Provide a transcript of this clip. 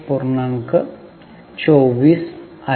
24 आहे